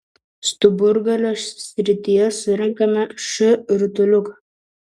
stuburgalio srityje surenkame š rutuliuką